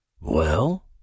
Well